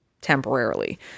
temporarily